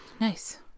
Nice